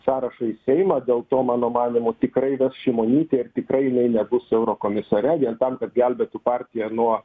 sąrašą į seimą dėl to mano manymu tikrai ves šimonytė ir tikrai jinai nebus eurokomisare vien tam kad gelbėtų partiją nuo